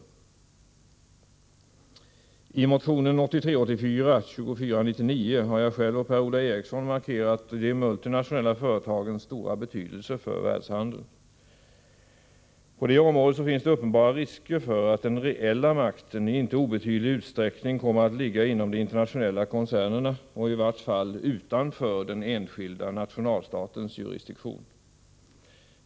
I motion 1983/84:2499 har jag själv och Per-Ola Eriksson markerat de multinationella företagens stora betydelse för världshandeln. På det området finns det uppenbara risker för att den reella makten i inte obetydlig utsträckning kommer att ligga inom de internationella koncernerna och i vart fall utanför den enskilda nationalstatens jurisdiktion.